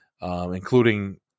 including